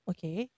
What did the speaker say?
Okay